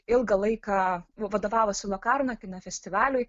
ilgą laiką vadovavusi lokarno kino festivaliui